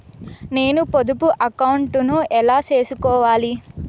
నేను పొదుపు అకౌంటు ను ఎలా సేసుకోవాలి?